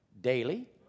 daily